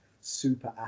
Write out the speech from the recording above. super